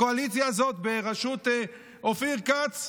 הקואליציה בראשות אופיר כץ,